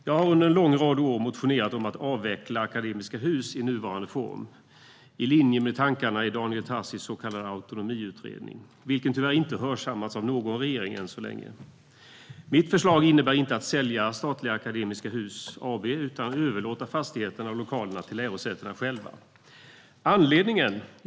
Jag har under en lång rad av år motionerat om att avveckla Akademiska Hus i dess nuvarande form i linje med tankarna i Daniel Tarschys så kallade autonomiutredning, vilka tyvärr inte har hörsammats av någon regering än så länge. Mitt förslag innebär inte att man ska sälja statliga Akademiska Hus AB, utan att man ska överlåta fastigheterna och lokalerna till lärosätena själva. Vad är då anledningen?